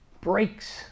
breaks